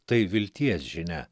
tai vilties žinia